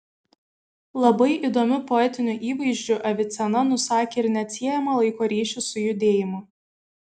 labai įdomiu poetiniu įvaizdžiu avicena nusakė ir neatsiejamą laiko ryšį su judėjimu